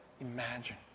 imagine